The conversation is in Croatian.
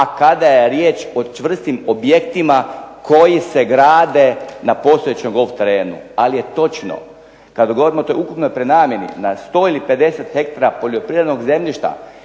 a kada je riječ o čvrstim objektima koji se grade na postojećem golf terenu. Ali je točno. Kad govorimo, o toj ukupnoj prenamjeni na 100 ili 50 hektara poljoprivrednog zemljišta